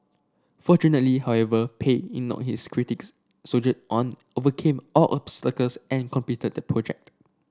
fortunately however Pei ignored his critics soldiered on overcame all obstacles and completed project